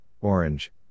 Orange